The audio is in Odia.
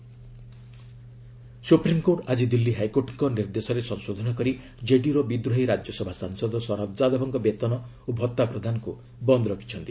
ସୁପ୍ରିମ୍କୋର୍ଟ ଶରଦ୍ ଯାଦବ ସୁପ୍ରିମ୍କୋର୍ଟ ଆଜି ଦିଲ୍ଲୀ ହାଇକୋର୍ଟଙ୍କ ନିର୍ଦ୍ଦେଶରେ ସଂଶୋଧନ କରି କେଡିୟୁର ବିଦ୍ରୋହୀ ରାଜ୍ୟସଭା ସାଂସଦ ଶରଦ୍ ଯାଦବଙ୍କ ବେତନ ଓ ଭତ୍ତା ପ୍ରଦାନକୃ ବନ୍ଦ୍ ରଖିଛନ୍ତି